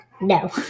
No